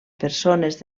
persones